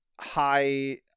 high